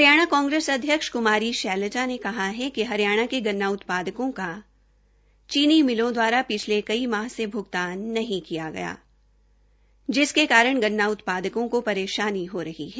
हरियाणा कांग्रेस अध्यक्ष कुमारी शैलजा ने कहा है कि हरियाणा के गन्ना उत्पादकों का चीनी मिलों द्वारा पिछले कई माह से भ्गतान नहीं किया गया जिसके कारण गन्ना उत्पादकों को परेशानी हो रही है